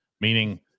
meaning